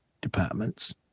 departments